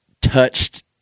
touched